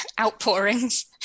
outpourings